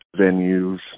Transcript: venues